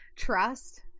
Trust